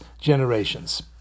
generations